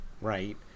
right